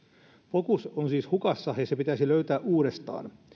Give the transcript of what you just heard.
fokus on siis hukassa ja se pitäisi löytää uudestaan